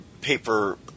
paper